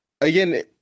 Again